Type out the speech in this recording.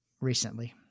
recently